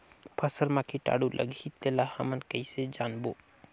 फसल मा कीटाणु लगही तेला हमन कइसे जानबो?